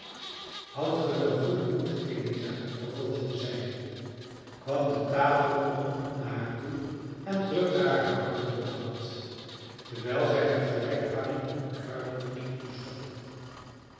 houdt ge wel goeden moed eliza vervolgde zij kwam de tafel om naar haar toe en drukte haar hartelijk de hand terwijl zij tegelijk harry een kruidkoekje toestopte